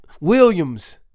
Williams